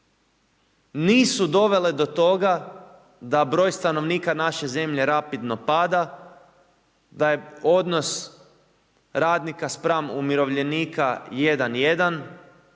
nisu dovele do toga da broj stanovnika naše zemlje rapidno pada, da je odnos radnika spram umirovljenika 1:1